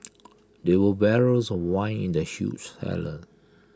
there were barrels of wine in the huge cellar